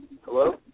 hello